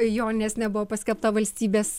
joninės nebuvo paskelbta valstybės